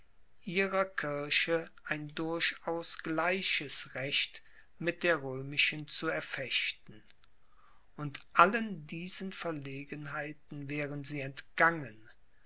ihrer kirche ein durchaus gleiches recht mit der römischen zu erfechten und allen diesen verlegenheiten wären sie entgangen